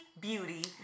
Beauty